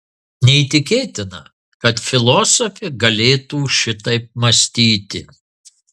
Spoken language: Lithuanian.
neįtikėtina kad filosofė galėtų šitaip mąstyti